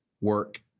work